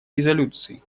резолюции